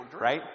right